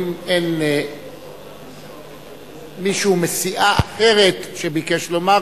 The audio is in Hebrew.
אם אין מישהו מסיעה אחרת שביקש לומר,